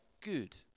good